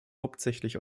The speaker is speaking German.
hauptsächlich